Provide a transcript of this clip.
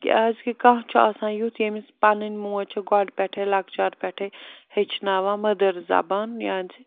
کیٛازِکہِ کانٛہہ چھُ آسان یُتھ ییٚمِس پَنٕنۍ موج چھےٚ گۄڈٕ پٮ۪ٹھَے لۄکچار پٮ۪ٹھَے ہیٚچھناوان مٔدٕر زَبان یعنی زِ